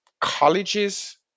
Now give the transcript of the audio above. colleges